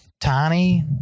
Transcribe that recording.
tiny